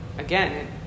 again